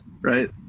right